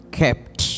kept